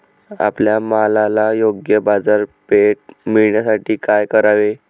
आपल्या मालाला योग्य बाजारपेठ मिळण्यासाठी काय करावे?